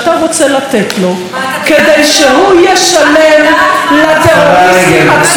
רוצה לתת לו כדי שהוא ישלם לטרוריסטים עצמם.